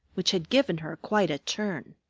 which had given her quite a turn.